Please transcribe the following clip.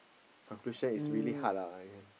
I'm pretty sure it's really hard lah